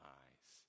eyes